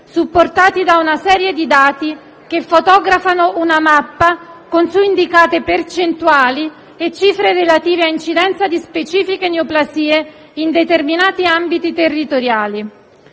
supportati da una serie di dati che fotografano una mappa con su indicate percentuali e cifre relative all'incidenza di specifiche neoplasie in determinati ambiti territoriali.